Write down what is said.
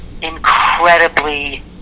incredibly